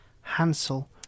Hansel